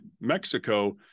Mexico